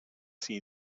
see